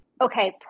Okay